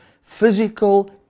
Physical